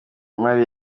imari